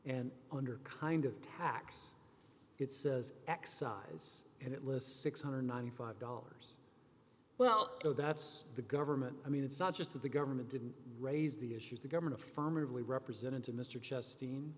and under kind of tax it says excise and it lists six hundred and ninety five dollars well no that's the government i mean it's not just that the government didn't raise the issue the government affirmatively represented to mr justin